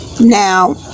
Now